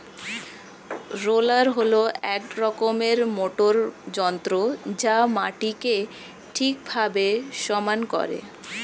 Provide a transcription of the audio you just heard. roller হল এক রকমের মোটর যন্ত্র যা মাটিকে ঠিকভাবে সমান করে